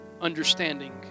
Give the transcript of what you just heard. understanding